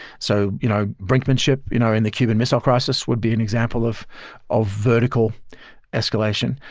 so you know brinkmanship you know in the cuban missile crisis would be an example of of vertical escalation.